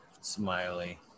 smiley